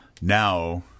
now